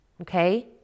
Okay